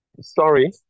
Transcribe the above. sorry